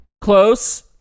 Close